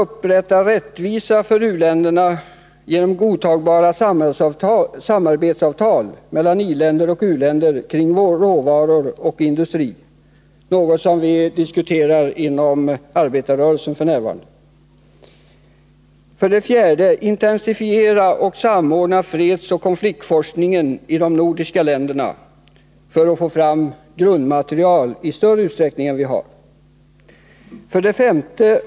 Upprätta rättvisa och för u-länderna godtagbara samarbetsavtal mellan i-länder och u-länder kring råvaror och industri. Det är något som vi f. n. diskuterar inom arbetarrörelsen. 4. Intensifiera och samordna fredsoch konfliktforskningen i de nordiska länderna för att få fram grundmaterial i större utsträckning än nu. 5.